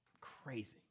crazy